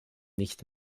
nicht